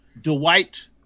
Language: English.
Dwight